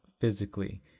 physically